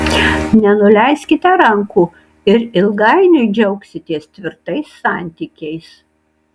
nenuleiskite rankų ir ilgainiui džiaugsitės tvirtais santykiais